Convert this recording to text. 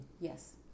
Yes